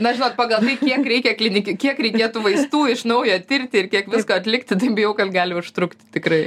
na žinot pagal tai kiek reikia klinik kiek reikėtų vaistų iš naujo tirti ir kiek visko atlikti tai bijau kad gali užtrukti tikrai